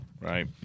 Right